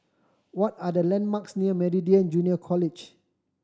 what are the landmarks near Meridian Junior College